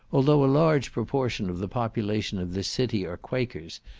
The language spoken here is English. although a large proportion of the population of this city are quakers,